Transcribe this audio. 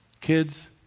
Kids